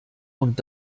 und